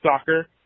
soccer